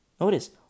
Notice